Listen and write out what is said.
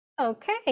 Okay